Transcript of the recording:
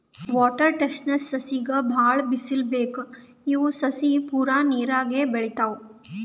water chestnut ಸಸಿಗ್ ಭಾಳ್ ಬಿಸಲ್ ಬೇಕ್ ಇವ್ ಸಸಿ ಪೂರಾ ನೀರಾಗೆ ಬೆಳಿತಾವ್